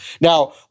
now